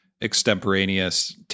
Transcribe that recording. extemporaneous